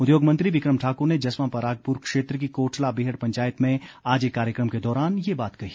उद्योग मंत्री बिक्रम ठाकुर ने जस्वां परागपुर क्षेत्र की कोटला बेहड़ पंचायत में आज एक कार्यक्रम के दौरान ये बात कही